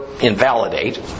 invalidate